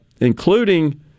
including